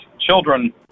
children